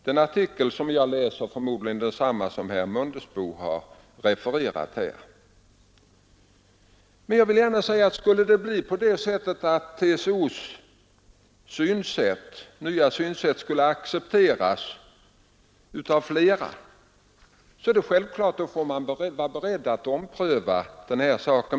Den artikel jag läst är förmodligen densamma som den herr Mundebo här refererat. Men om TCO:s nya synsätt skulle accepteras av allt flera får man självklart vara beredd att ompröva denna sak.